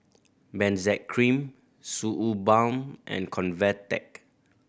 Benzac Cream Suu Balm and Convatec